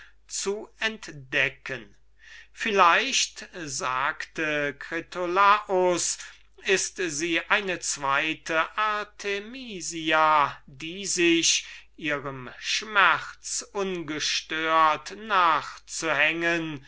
zu entdecken vielleicht sagte critolaus ist es eine zweite artemisia die sich ihrem schmerz ungestört nachzuhängen